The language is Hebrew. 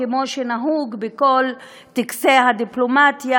כמו שנהוג בכל טקסי הדיפלומטיה,